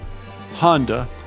Honda